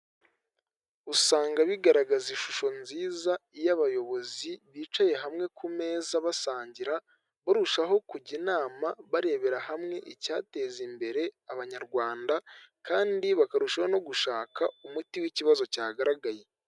Usanga bigaragaza ishusho nziza iyo abayobozi bicaye hamwe ku meza basangira barushaho kujya inama barebera hamwe icyateza imbere abanyarwanda kandi bakarushaho no gushaka umuti w'ikibazo cyagaragaye.